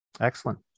Excellent